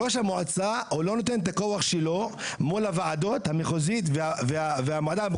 ראש המועצה לא נותן את הכוח שלו מול הוועדות המחוזיות והוועדה הרוחבית.